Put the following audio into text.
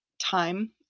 time